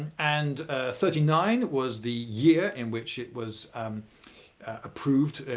and thirty nine was the year in which it was approved, ah